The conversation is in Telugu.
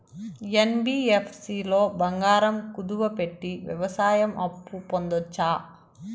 యన్.బి.యఫ్.సి లో బంగారం కుదువు పెట్టి వ్యవసాయ అప్పు పొందొచ్చా?